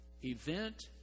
Event